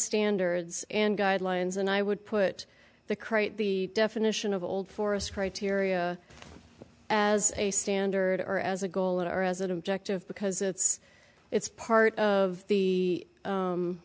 standards and guidelines and i would put the crate the definition of old forest criteria as a standard or as a goal or as an objective because it's it's part of the